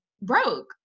broke